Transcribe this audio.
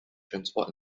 transport